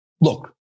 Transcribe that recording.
look